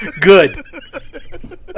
Good